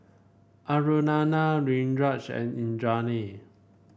Aruna Niraj and Indranee